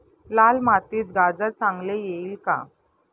लाल मातीत गाजर चांगले येईल का?